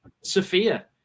Sophia